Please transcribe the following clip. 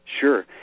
Sure